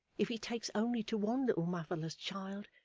if he takes only to one little motherless child,